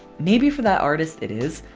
maybe for that artist it is.